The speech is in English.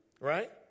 Right